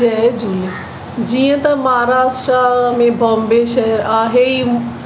जय झूले जीअं त महाराष्ट्रा में बॉम्बे शहरु आहे ई